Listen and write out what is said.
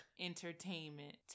Entertainment